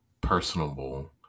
personable